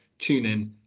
TuneIn